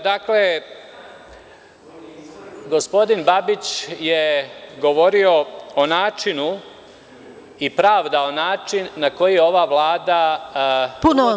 Dakle, gospodin Babić je govorio o načinu i pravdao način na koji je ova Vlada uvodi akcizu na struju…